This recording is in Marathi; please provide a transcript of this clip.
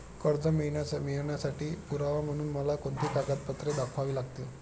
कर्ज मिळवण्यासाठी पुरावा म्हणून मला कोणती कागदपत्रे दाखवावी लागतील?